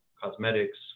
cosmetics